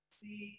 see